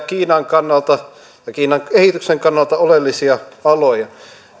kiinan kannalta ja kiinan kehityksen kannalta oleellisia aloja